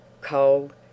cold